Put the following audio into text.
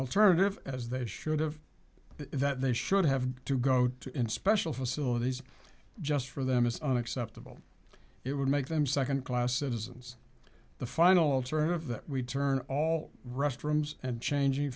alternative as they should have is that they should have to go to in special facilities just for them is unacceptable it would make them second class citizens the final turn of that we turn all restrooms and changing